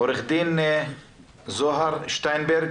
עורכת דין זהר שטיינברג,